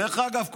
דרך אגב,